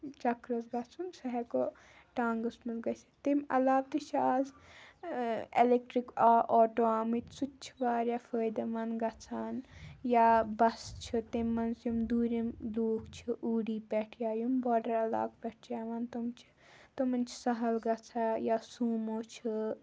چکرَس گژھُن سُہ ہٮ۪کَو ٹانٛگَس منٛز گٔژھِتھ تَمہِ علاوٕ تہِ چھِ آز اٮ۪لِکٹِرٛک آٹوٗ آمٕتۍ سُہ تہِ چھِ واریاہ فٲیِدٕ منٛد گژھان یا بَسہٕ چھِ تَمہِ منٛز یِم دوٗرِم لوٗکھ چھِ اوٗڑی پٮ۪ٹھ یا یِم باڈَر علاقہٕ پٮ۪ٹھ چھِ یِوان تِم چھِ تِمَن چھِ سہل گژھان یا سوموٗ چھِ